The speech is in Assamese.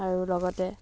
আৰু লগতে